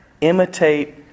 Imitate